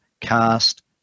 cast